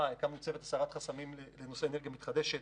והקמנו צוות הסרת חסמים לנושא אנרגיה מתחדשת.